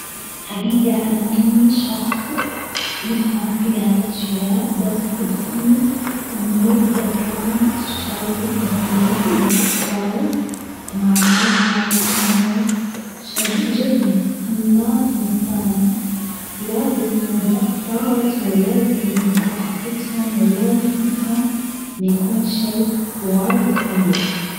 حقيقة أنا مني شخص بيفهم في هالأشياء بس بظن إنه إذا كان شيء مفيد للأفراد فمعنى هاد إنه شيء جيد، أما أن كان لا يسمو بالأفراد ولا يزيد من ثقافتهم ولا يفيدهم بيكون شي واجد سيء.